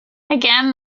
again